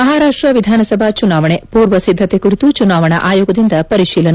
ಮಹಾರಾಷ್ಟ ವಿಧಾನಸಭಾ ಚುನಾವಣೆ ಪೂರ್ವ ಸಿದ್ದತೆ ಕುರಿತು ಚುನಾವಣಾ ಆಯೋಗದಿಂದ ಪರಿಶೀಲನೆ